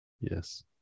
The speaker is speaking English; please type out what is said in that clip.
Yes